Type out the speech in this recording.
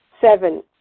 Seven